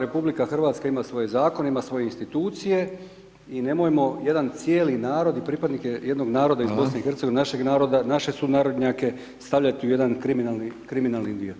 RH ima svoje zakone, ima svoje institucije i nemojmo jedan cijeli narod i pripadnike jednog naroda iz BiH, našeg naroda, naše sunarodnjake stavljati u jedan kriminalni dio.